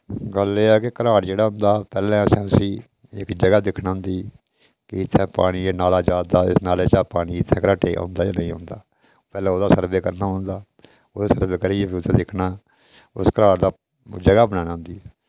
गल्ल एह् ऐ कि घराट जेह्ड़ा होंदा पैह्लैं असें उसी इक जगह दिक्खना होंदी कि इत्थैं पानियै दा नाला जा दा इस नाले चा पानी इत्थैं घराटे औंदा जां नेईं औंदा पैह्लै ओह्दा सर्वे करना होंदा ओह्दा सर्वे करियै फ्ही उत्थैं दिक्खना उस घराट दा जगह बनाना होंदी